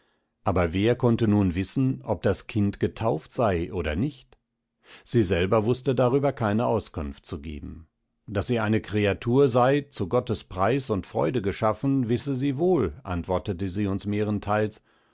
aber wer konnte nun wissen ob das kind getauft sei oder nicht sie selber wußte darüber keine auskunft zu geben daß sie eine kreatur sei zu gottes preis und freude geschaffen wisse sie wohl antwortete sie uns mehrenteils